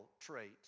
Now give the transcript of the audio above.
traits